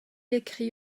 écrit